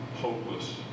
hopeless